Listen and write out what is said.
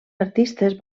artistes